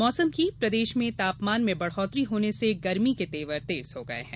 मौसम तापमान प्रदेश में तापमान में बढोत्तरी होने से गर्मी के तेवर तेज हो गये है